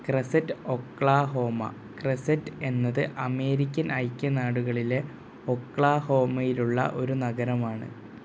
crested Oklahoma Crescent എന്നത് American ഐക്യനാടുകളിലെ ഒക്ലാഹോമയിലുള്ള ഒരു നഗരമാണ്